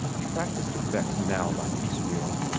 he practised effects now by piecemeal,